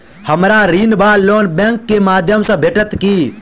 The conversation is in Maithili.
हमरा ऋण वा लोन बैंक केँ माध्यम सँ भेटत की?